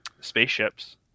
spaceships